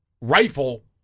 rifle